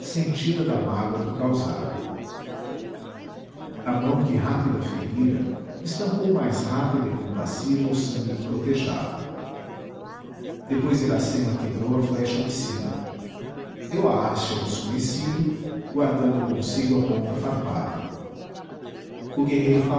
sentida da mágoa que causara a mão que rápida ferira estancou mais rápida e compassiva o sangue que gotejava depois iracema quebrou a flecha homicida deu a haste ao desconhecido guardando consigo a ponta farpada o guerreiro